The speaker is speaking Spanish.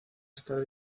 estar